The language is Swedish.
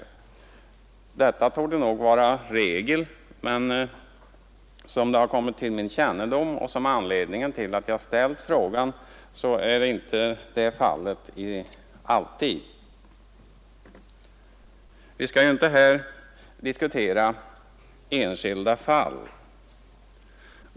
Att systemet fungerar väl torde nog vara regel, men som det har kommit till min kännedom, vilket är anledningen till att jag har ställt frågan, är så inte alltid fallet. Vi skall inte här diskutera enskilda fall.